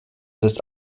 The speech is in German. des